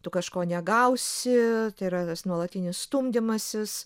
tu kažko negausi tai yra tas nuolatinis stumdymasis